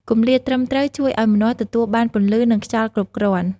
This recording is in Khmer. គម្លាតត្រឹមត្រូវជួយឲ្យម្នាស់ទទួលបានពន្លឺ និងខ្យល់គ្រប់គ្រាន់។